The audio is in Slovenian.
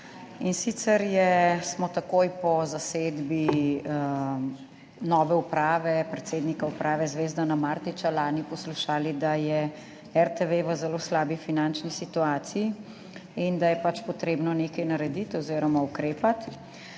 sicer smo takoj po zasedbi nove uprave predsednika uprave Zvezdana Martića lani poslušali, da je RTV v zelo slabi finančni situaciji in da je pač treba nekaj narediti oziroma ukrepati.